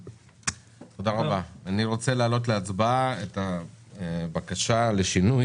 אני רוצה להעלות להצבעה את הבקשה לשינוי